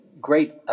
great